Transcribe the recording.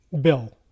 bill